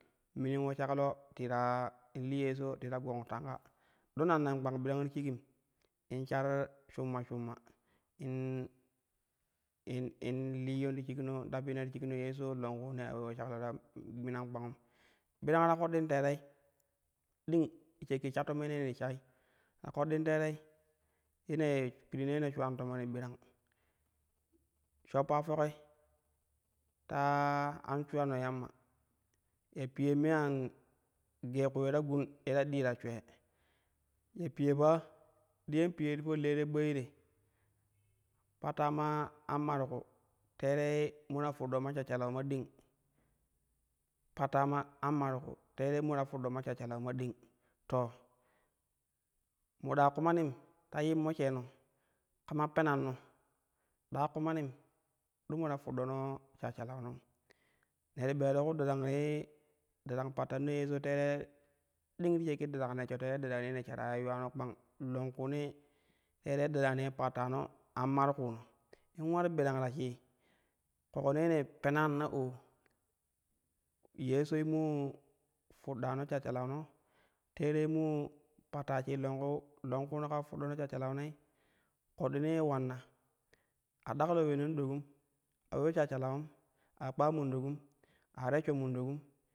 Minin po shaklo ti ta, in li yesho ti ta gong tanko, ɗo lannan kpang ti shuigim in shar shumma shumma in- in- in liyyon ti shiko in dabyini ti shikno yesho longkuune a lue po shaklo ta minan kpangum, birang ta ƙoɗɗin teerei ding ti shakki sha tomai ye ne ti shai, ta ƙoɗɗin teerei ye ne pirin ne ne shuwan tomoni birang shoppa foki ta an shuranno yamma ya piuan me angee ku ule ta gum ye ta dii ta shwee ya piye pa diyan piye ti po le te ɓooi te patta ma an marku teerei mo ta fuɗɗo ma shashashalau ma ding, patta ma an marku teerei ma ta fuɗɗo ma shashashalau ma ding. Fe mo ɗa kumanim ta nyimmo sheeno kama penanno, ɗa kumanim do mo ta fuɗɗono shashshalau non ne ti ɓero ku darang te darang pattano yesho tere ding ti shakki darang neshii longkuunee tere darangne pattano an markui no in ularu birang ta shii, ƙoki ne ne penan na oo yeshoi moo fuɗɗa no shashshsal no terei moo patta shii longku longkuuno ule fuɗɗono shashshalau nei ƙoɗɗinee ulanna a daklo wenan ɗokum a yu shashsha inum a kpaa mondokum a resh sho mondokum.